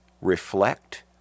reflect